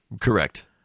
Correct